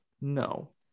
No